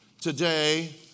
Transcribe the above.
today